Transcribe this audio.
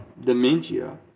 dementia